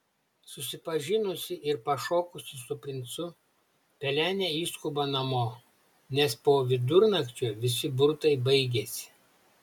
susipažinusi ir pašokusi su princu pelenė išskuba namo nes po vidurnakčio visi burtai baigiasi